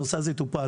הנושא הזה יטופל,